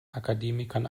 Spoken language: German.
akademikern